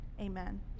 Amen